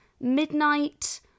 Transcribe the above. midnight